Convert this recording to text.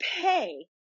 pay